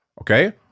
okay